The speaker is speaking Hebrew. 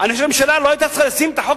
אני חושב שהממשלה לא היתה צריכה לשים את החוק